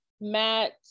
matt